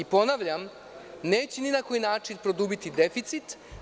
Ponavljam, neće ni na koji način produbiti deficit.